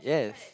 yes